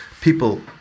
people